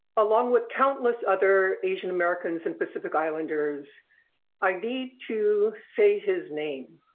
along with countless other asian americans and pacific islanders i need to say his name,